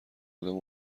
بودم